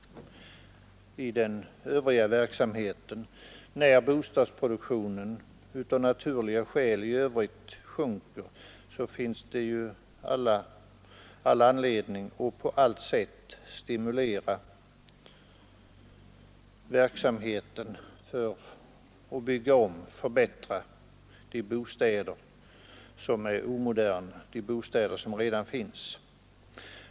När bostadsproduktionen av naturliga skäl sjunker, finns det all anledning att på allt sätt stimulera verksamheten till att bygga om och förbättra de bostäder som är omoderna.